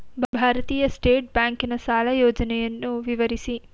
ಭಾರತೀಯ ಸ್ಟೇಟ್ ಬ್ಯಾಂಕಿನ ಸಾಲ ಯೋಜನೆಯನ್ನು ವಿವರಿಸಿ?